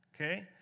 Okay